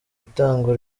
itangwa